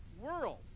world